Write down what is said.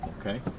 Okay